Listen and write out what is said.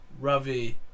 Ravi